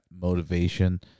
motivation